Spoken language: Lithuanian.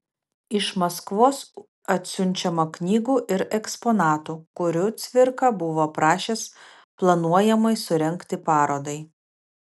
iš maskvos atsiunčiama knygų ir eksponatų kurių cvirka buvo prašęs planuojamai surengti parodai